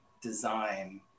design